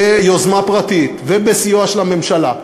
ביוזמה פרטית ובסיוע של הממשלה,